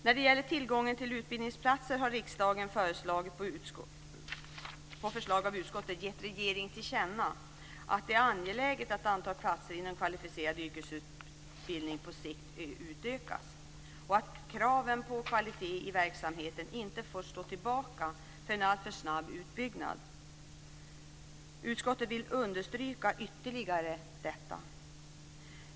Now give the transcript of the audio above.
Vad gäller tillgången till utbildningsplatser har riksdagen på förslag av utskottet gett regeringen till känna att det är angeläget att antalet platser inom kvalificerad yrkesutbildning på sikt utökas och att kraven på kvalitet i verksamheten inte får stå tillbaka för en alltför snabb utbyggnad. Utskottet vill ytterligare understryka detta.